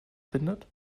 bindet